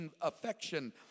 affection